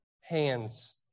hands